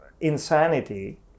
insanity